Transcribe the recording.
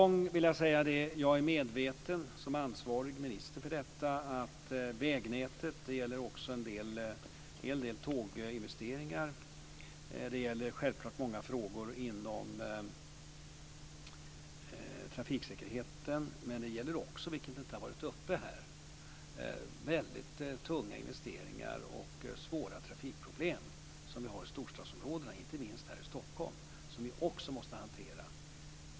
Jag vill än en gång säga att jag som ansvarig minister är medveten om situationen. Det gäller nu vägnätet, en hel del tåginvesteringar och självfallet många frågor inom trafiksäkerheten. Men det gäller också, vilket inte har tagits upp här, de väldigt tunga investeringar och svåra trafikproblem som vi har i storstadsområdena, inte minst här i Stockholm. Dem måste vi också hantera.